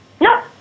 No